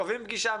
קובעים פגישה,